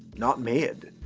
not made.